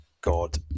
God